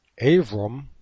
Avram